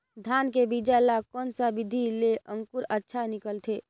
धान के बीजा ला कोन सा विधि ले अंकुर अच्छा निकलथे?